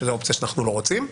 שזה אופציה שאנחנו לא רוצים,